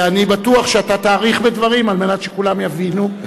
ואני בטוח שאתה תאריך בדברים כדי שכולם יבינו,